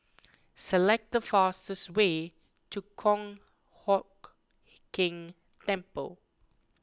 select the fastest way to Kong Hock Keng Temple